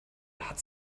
hat